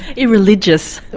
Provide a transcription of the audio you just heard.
irreligious.